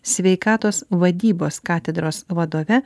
sveikatos vadybos katedros vadove